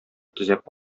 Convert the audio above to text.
төзәп